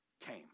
came